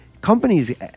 Companies